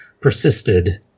persisted